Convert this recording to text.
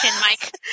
Mike